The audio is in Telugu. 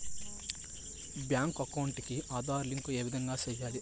బ్యాంకు అకౌంట్ కి ఆధార్ లింకు ఏ విధంగా సెయ్యాలి?